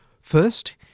First